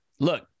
look